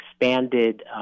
expanded